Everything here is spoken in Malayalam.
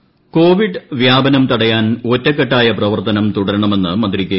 ശൈലജ ടീച്ചർ കോവിഡ് വ്യാപനം തടയാൻ ഒറ്റക്കെട്ടായ പ്രവർത്തനം തുടരണമെന്ന് മന്ത്രി കെ